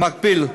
במקביל,